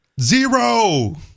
Zero